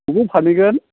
बबाव फानहैगोन